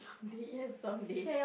someday yes someday